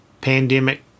pandemic